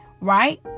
right